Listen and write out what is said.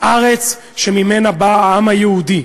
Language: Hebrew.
הארץ שממנה בא העם היהודי.